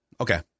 Okay